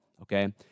okay